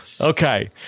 okay